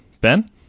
ben